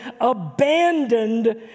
abandoned